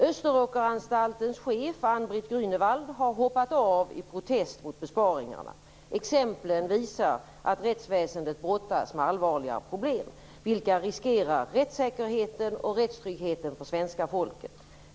Österåkeranstaltens chef, Ann-Britt Grünewald, har hoppat av i protest mot besparingarna. Exemplen visar att rättsväsendet brottas med allvarliga problem, vilka riskerar rättssäkerheten och rättstryggheten för svenska folket.